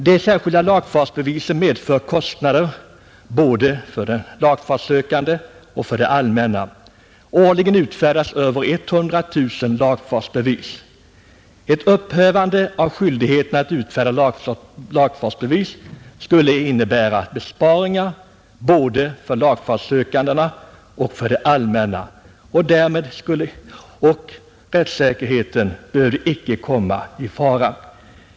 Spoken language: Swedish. Det särskilda lagfartsbeviset medför kostnader både för den lagfartssökande och för det allmänna. Årligen utfärdas över 130 000 lagfartsbevis. Ett upphävande av skyldigheten att utfärda lagfartsbevis skulle innebära besparingar både för de lagfartssökande och för det allmänna. Rättssäkerheten behövde därmed inte komma i fara.